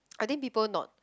I think people not